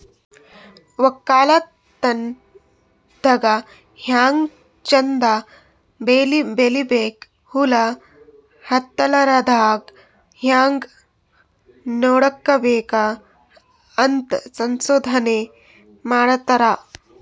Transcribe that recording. ವಕ್ಕಲತನ್ ದಾಗ್ ಹ್ಯಾಂಗ್ ಚಂದ್ ಬೆಳಿ ಬೆಳಿಬೇಕ್, ಹುಳ ಹತ್ತಲಾರದಂಗ್ ಹ್ಯಾಂಗ್ ನೋಡ್ಕೋಬೇಕ್ ಅಂತ್ ಸಂಶೋಧನೆ ಮಾಡ್ತಾರ್